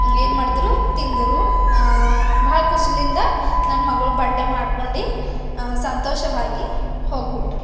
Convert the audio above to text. ಏನು ಮಾಡಿದ್ರು ತಿಂದರು ಭಾಳ ಖುಷಿಯಿಂದ ನನ್ನ ಮಗಳು ಬರ್ಡೇ ಮಾಡ್ಕೊಂಡು ಸಂತೋಷವಾಗಿ ಹೋಗ್ಬಿಟ್ಟರು